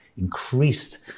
increased